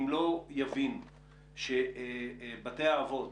אם לא יבינו שבתי האבות,